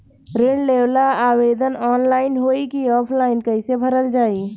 ऋण लेवेला आवेदन ऑनलाइन होई की ऑफलाइन कइसे भरल जाई?